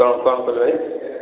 ତ କ'ଣ କହିଲ ଭାଇ